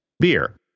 beer